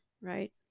Right